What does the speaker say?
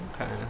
Okay